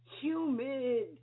humid